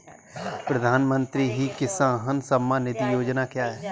प्रधानमंत्री किसान सम्मान निधि योजना क्या है?